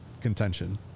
contention